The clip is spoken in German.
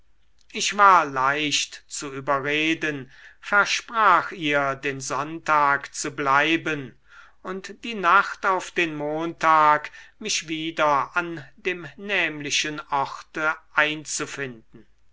ich war leicht zu überreden versprach ihr den sonntag zu bleiben und die nacht auf den montag mich wieder an dem nämlichen orte einzufinden